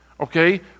Okay